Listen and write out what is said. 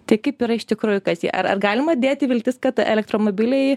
tai kaip yra iš tikrųjų kas jie ar ar galima dėti viltis kad elektromobiliai